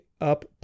up